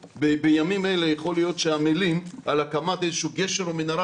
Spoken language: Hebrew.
בימים אלה יכול להיות שעמלים על הקמת איזשהו גשר או מנהרה